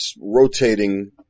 rotating